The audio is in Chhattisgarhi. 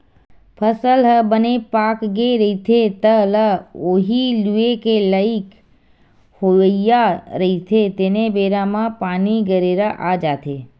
फसल ह बने पाकगे रहिथे, तह ल उही लूए के लइक होवइया रहिथे तेने बेरा म पानी, गरेरा आ जाथे